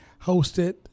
hosted